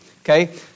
Okay